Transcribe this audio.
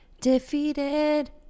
Defeated